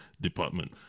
department